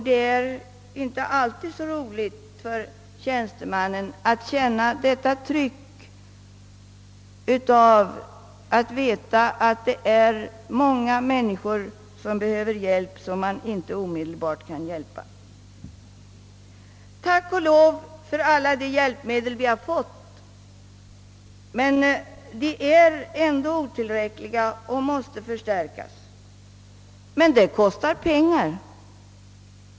Det är inte alltid så roligt för tjänstemannen att känna detta tryck av att veta att det är många människor som behöver hjälp som man inte omedelbart kan hjälpa. Tack och lov för alla de hjälpmedel vi har fått, men de är ändå otillräckliga och måste förstärkas — och det kostar pengar.